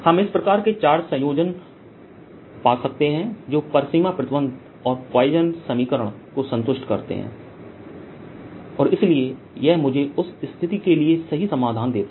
हम इस प्रकार के चार्ज संयोजन पा सकते हैं जो परिसीमा प्रतिबंध और पॉइसन समीकरण को संतुष्ट करते हैं और इसलिए यह मुझे उस स्थिति के लिए सही समाधान देता है